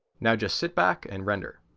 now just sit back and render.